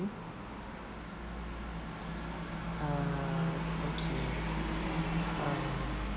uh okay um